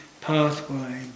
pathway